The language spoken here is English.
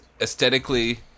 aesthetically